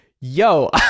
yo